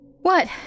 What